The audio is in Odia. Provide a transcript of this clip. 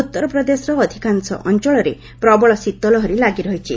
ଉତ୍ତରପ୍ରଦେଶର ଅଧିକାଂଶ ଅଞ୍ଚଳରେ ପ୍ରବଳ ଶୀତ ଲହରି ଲାଗି ରହିଛି